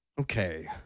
Okay